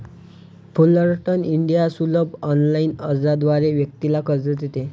Fullerton India सुलभ online अर्जाद्वारे व्यक्तीला कर्ज देते